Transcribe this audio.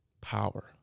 power